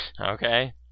Okay